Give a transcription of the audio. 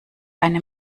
eine